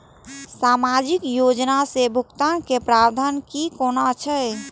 सामाजिक योजना से भुगतान के प्रावधान की कोना छै?